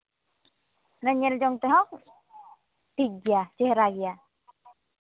ᱢᱟᱱᱮ ᱧᱮᱞ ᱡᱚᱝ ᱛᱮᱦᱚᱸ ᱴᱷᱤᱠ ᱜᱮᱭᱟ ᱪᱮᱦᱨᱟ ᱜᱮᱭᱟ